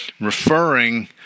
referring